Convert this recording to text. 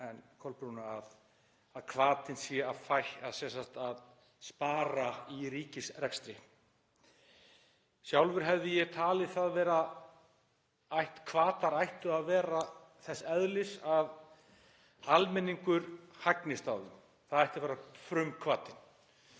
en Kolbrúnu að hvatinn sé að spara í ríkisrekstri. Sjálfur hefði ég talið að hvatar ættu að vera þess eðlis að almenningur hagnist á því. Það ætti að vera frumhvatinn.